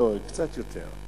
לא, קצת יותר.